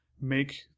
make